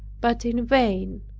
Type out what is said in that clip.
but in vain.